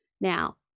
Now